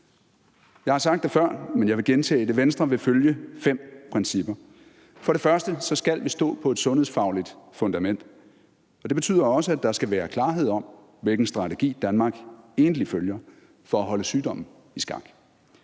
Jeg har sagt det før, men jeg vil gentage det: Venstre vil følge fem principper. For det første skal vi stå på et sundhedsfagligt fundament, og det betyder også, at der skal være klarhed om, hvilken strategi Danmark egentlig følger for at holde sygdommen i skak.